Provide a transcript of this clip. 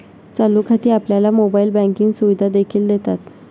चालू खाती आपल्याला मोबाइल बँकिंग सुविधा देखील देतात